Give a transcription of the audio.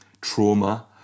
trauma